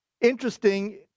interesting